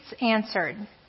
answered